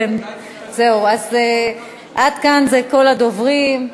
עד כאן, כל הדוברים.